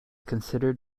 considered